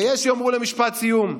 ויש שיאמרו משפט סיום: